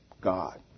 God